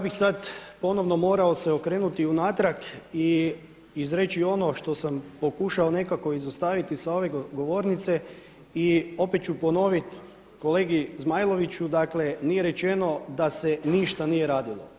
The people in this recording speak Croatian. Pa evo ja bih sad ponovno se morao okrenuti unatrag i izreći ono što sam pokušao nekako izostaviti s ove govornice, i opet ću ponoviti kolegi Zmajloviću, dakle nije rečeno da se ništa nije radilo.